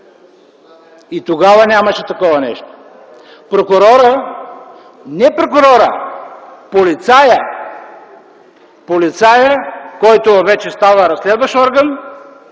И тогава нямаше такова нещо! Прокурорът - не прокурорът, а полицаят, който вече става разследващ орган,